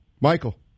Michael